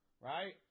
right